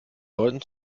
leuten